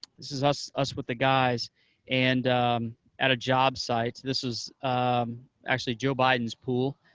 this is us us with the guys and at a job site. this is actually joe biden's pool.